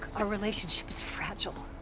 our relationship is fragile.